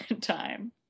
time